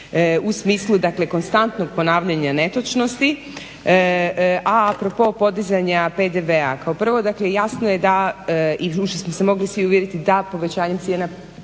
u smislu, dakle konstantnog ponavljanja netočnosti, a apropos podizanja PDV. Kao prvo jasno je da i jučer ste se svi mogli svi uvjeriti da povećanje PDV-a